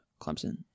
Clemson